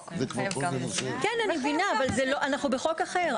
כן, אני מבינה אבל אנחנו בחוק אחר.